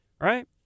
right